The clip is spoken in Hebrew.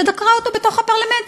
שדקרה אותו בתוך הפרלמנט,